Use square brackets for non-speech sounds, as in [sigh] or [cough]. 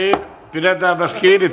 pidetäänpäs kiinni [unintelligible]